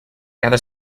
cada